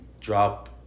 drop